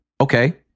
Okay